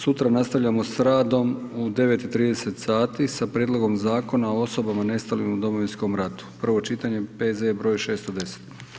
Sutra nastavljamo s radom u 9,30 sati sa Prijedlogom Zakona o osobama nestalim u Domovinskom ratu, prvo čitanje, P.Z. broj 610.